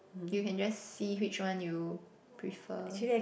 you can just see which one you prefer